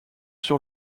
sur